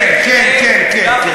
כן, כן.